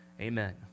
Amen